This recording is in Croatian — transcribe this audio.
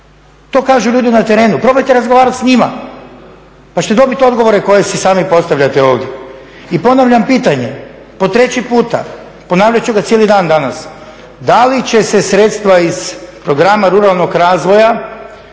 To kažu ljudi na terenu. Probajte razgovarati s njima pa ćete dobiti odgovore koje si sami postavljate ovdje. I ponavljam pitanje, po treći puta, ponavljat ću ga cijeli dan danas, da li će se sredstva iz programa ruralnog razvoja